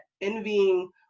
envying